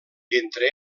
entre